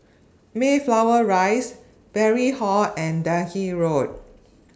Mayflower Rise Parry Hall and Delhi Road